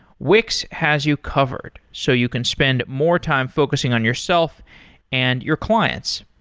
wix has you covered, so you can spend more time focusing on yourself and your clients.